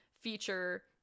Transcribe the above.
feature